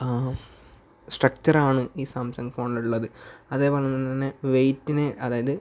സ്ട്രക്ച്ചറാണ് ഈ സാംസങ് ഫോണിലുള്ളത് അതേപോലെ തന്നെ വെയ്റ്റിന് അതായത്